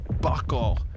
buckle